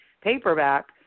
paperback